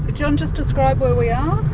john, just describe where we are.